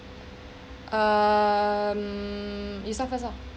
um you start first lah